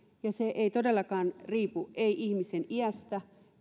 se ei todellakaan riipu ihmisen iästä